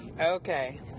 Okay